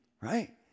Right